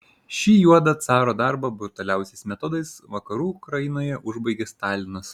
šį juodą caro darbą brutaliausiais metodais vakarų ukrainoje užbaigė stalinas